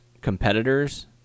competitors